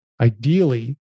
Ideally